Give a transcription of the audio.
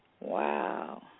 Wow